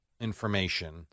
information